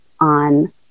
on